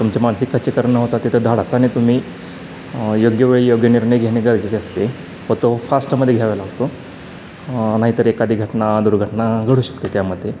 तुमचे मानसिक खच्चीकरण न होता तिथं धाडसाने तुम्ही योग्य वेळी योग्य निर्णय घेणे गरजेचे असते व तो फास्टमध्ये घ्याव्या लागतो नाहीतर एखादी घटना दुर्घटना घडू शकते त्यामध्ये